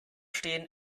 stehen